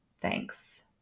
Thanks